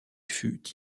fut